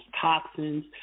toxins